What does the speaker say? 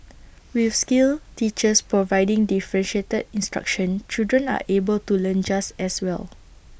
with skilled teachers providing differentiated instruction children are able to learn just as well